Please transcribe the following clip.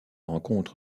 rencontre